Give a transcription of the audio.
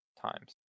times